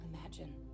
imagine